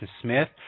Smith